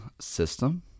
system